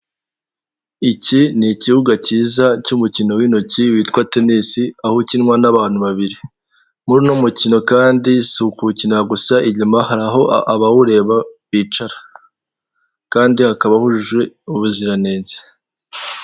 Hirya no hino ugenda usanga hari amasoko atandukanye kandi acuruza ibicuruzwa bitandukanye, ariko amenshi murayo masoko usanga ahuriyeho n'uko abacuruza ibintu bijyanye n'imyenda cyangwa se imyambaro y'abantu bagiye batandukanye. Ayo masoko yose ugasanga ari ingirakamaro cyane mu iterambere ry'umuturage ukamufasha kwiteraza imbere mu buryo bumwe kandi akanamufasha no kubaho neza mu buryo bw'imyambarire.